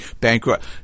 Bankrupt